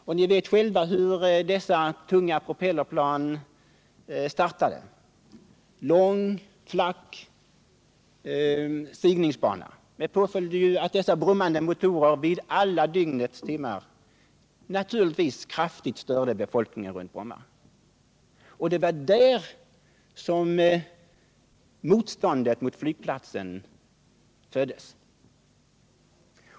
Och vi vet alla hur dessa tunga propellerplan startade med en lång, flack stigningsbana, med påföljd att deras brummande motorer under alla dygnets timmar naturligtvis kraftigt störde befolkningen runt Bromma. Det var då motståndet mot flygplatsen föddes.